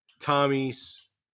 Tommy's